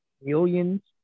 millions